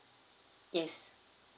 yes